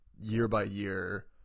year-by-year